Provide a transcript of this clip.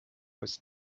was